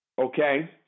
Okay